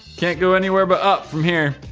can't go anywhere, but up from here.